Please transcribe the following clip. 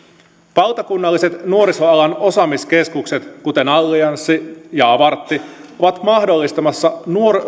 valtakunnalliset nuorisoalan osaamiskeskukset kuten allianssi ja avartti ovat mahdollistamassa